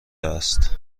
است